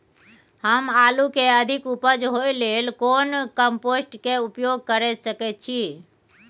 हम आलू के अधिक उपज होय लेल कोन कम्पोस्ट के उपयोग कैर सकेत छी?